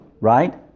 right